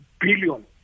billion